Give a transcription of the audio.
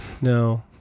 No